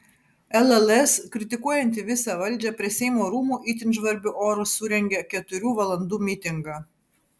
lls kritikuojanti visą valdžią prie seimo rūmų itin žvarbiu oru surengė keturių valandų mitingą